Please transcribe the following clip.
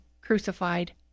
crucified